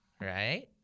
right